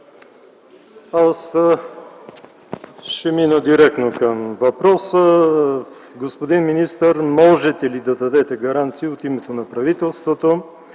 Ще мина директно към въпроса. Господин министър, можете ли да дадете гаранция от името на правителството